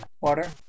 water